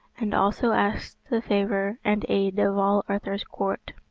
and also asked the favour and aid of all arthur's court.